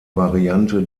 variante